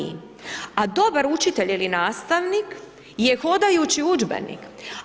A dobar učitelj ili nastavnik je hodajući udžbenik.